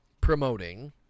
promoting